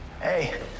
Hey